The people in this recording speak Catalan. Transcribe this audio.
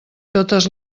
totes